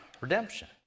redemption